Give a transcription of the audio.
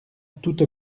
toute